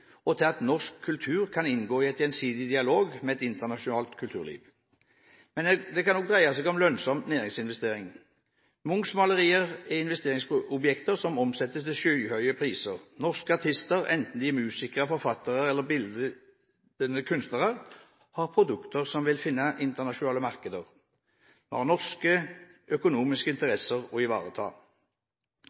og til at norsk kultur kan inngå i en gjensidig dialog med et internasjonalt kulturliv. Men det kan også dreie seg om lønnsom næringsinvestering. Munchs malerier er investeringsobjekter som omsettes til skyhøye priser. Norske artister – enten de er musikere, forfattere eller bildende kunstnere – har produkter som vil finne internasjonale markeder. Vi har norske økonomiske interesser å ivareta.